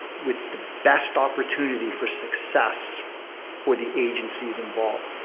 with the best opportunity for success for the agencies involved,